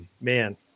man